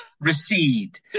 recede